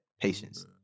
Patience